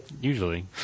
Usually